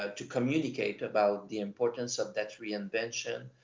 ah to communicate about the importance of that reinvention.